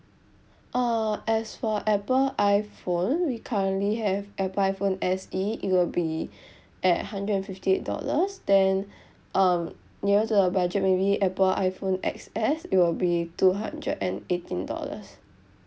uh as for apple iphone we currently have apple iphone S_E it will be at hundred and fifty eight dollars then um nearer to your budget maybe apple iphone X_S it will be two hundred and eighteen dollars